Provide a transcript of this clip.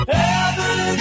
Heaven